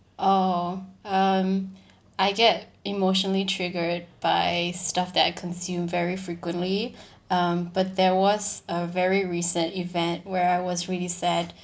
oh um I get emotionally triggered by stuff that I consume very frequently um but there was a very recent event where I was really sad